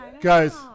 Guys